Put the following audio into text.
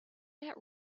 that